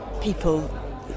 people